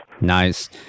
Nice